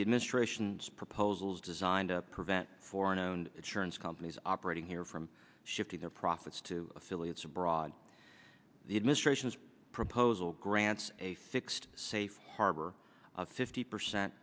the administration's proposals designed to prevent foreign owned churns companies operating here from shifting their profits to affiliates abroad the administration's proposal grants a fixed safe harbor of fifty percent